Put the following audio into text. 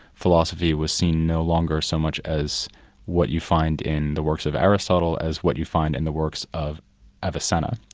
philosophy was seen no longer so much as what you find in the works of aristotle as what you find in the works of avicenna.